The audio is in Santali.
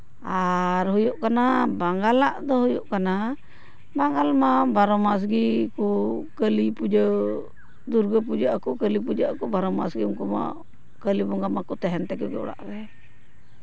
ᱟᱨ ᱦᱩᱭᱩᱜ ᱠᱟᱱᱟ ᱵᱟᱝᱜᱟᱞ ᱟᱜ ᱫᱚ ᱦᱩᱭᱩᱜ ᱠᱟᱱᱟ ᱵᱟᱝᱜᱟᱞ ᱢᱟ ᱵᱟᱨᱚ ᱢᱟᱥ ᱜᱮ ᱠᱚ ᱠᱟᱹᱞᱤ ᱯᱩᱡᱟᱹ ᱫᱩᱨᱜᱟᱹ ᱯᱩᱡᱟᱹᱜ ᱟᱠᱚ ᱠᱟᱹᱞᱤ ᱯᱩᱡᱟᱹᱜ ᱟᱠᱚ ᱵᱟᱨᱚ ᱢᱟᱥ ᱜᱮ ᱩᱱᱠᱩ ᱦᱚᱸ ᱠᱟᱹᱞᱤ ᱵᱚᱸᱜᱟ ᱢᱟ ᱛᱟᱦᱮᱱ ᱛᱟᱠᱚ ᱚᱲᱟᱜ ᱨᱮ